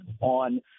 on